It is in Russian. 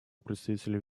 представителем